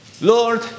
Lord